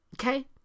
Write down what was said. Okay